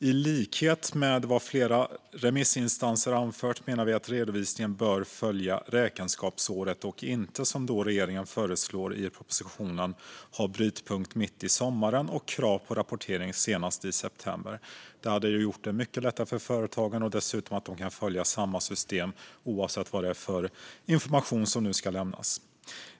I likhet med vad flera remissinstanser har anfört menar vi att redovisningen bör följa räkenskapsåret och inte, som regeringen föreslår i propositionen, ha brytpunkt mitt i sommaren och krav på rapportering senast i september. Det hade gjort det mycket lättare för företagen, som då dessutom hade kunnat följa samma system oavsett vad det är för information som ska lämnas.